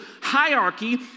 hierarchy